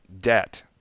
debt